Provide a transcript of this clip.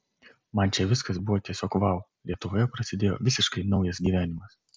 man čia viskas buvo tiesiog vau lietuvoje prasidėjo visiškai naujas gyvenimas